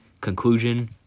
conclusion